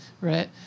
right